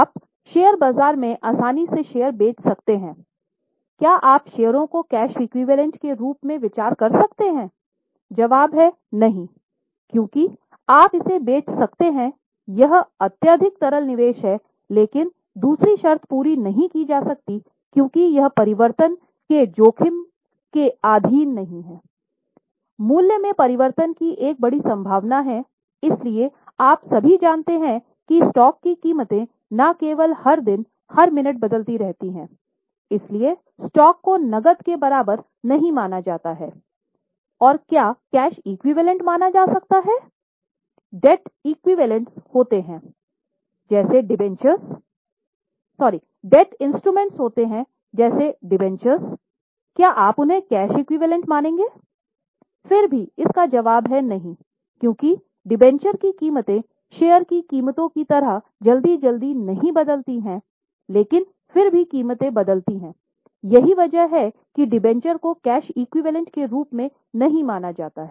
आप शेयर बाजार में आसानी से शेयर बेच सकते हैं क्या आप शेयरों को कैश एक्विवैलेन्ट के रूप में नहीं माना जाता है